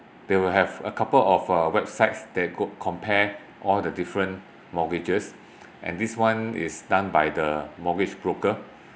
they will have a couple of uh websites that co~ compare all the different mortgages and this one is done by the mortgage broker